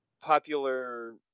popular